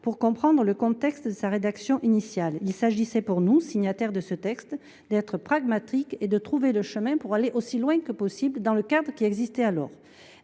pour comprendre le contexte de sa rédaction initiale. Il s’agissait pour nous, signataires de cette proposition de loi, d’être pragmatiques et de trouver le chemin pour aller aussi loin que possible dans le cadre qui existait alors.